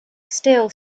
still